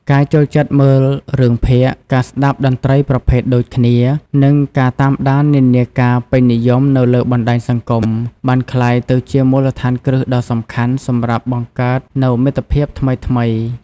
ការចូលចិត្តមើលរឿងភាគ ការស្តាប់តន្ត្រីប្រភេទដូចគ្នា និងការតាមដាននិន្នាការពេញនិយមនៅលើបណ្ដាញសង្គមបានក្លាយទៅជាមូលដ្ឋានគ្រឹះដ៏សំខាន់សម្រាប់បង្កើតនូវមិត្តភាពថ្មីៗ។